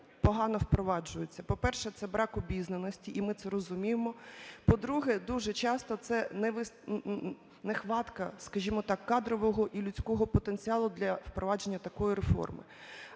погано впроваджується? По-перше, це брак обізнаності, і ми це розуміємо. По-друге, дуже часто це нехватка, скажімо так, кадрового і людського потенціалу для впровадження такої реформи.